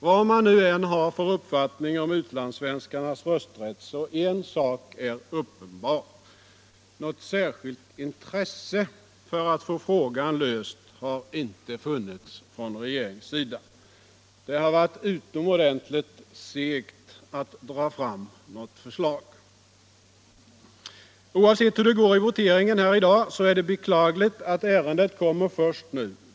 Vad man nu än har för uppfattning om utlandssvenskarnas rösträtt, så är en sak uppenbar: något särskilt intresse för att få frågan löst har inte funnits från regeringssidan. Det har varit utomordentligt segt att dra fram något förslag. Oavsett hur det går i voteringen här i dag, är det beklagligt att ärendet kommer först nu.